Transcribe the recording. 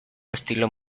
estilo